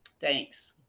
Thanks